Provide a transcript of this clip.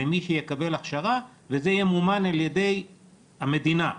למי שיקבל הכשרה וזה ימומן על ידי המדינה.